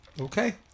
okay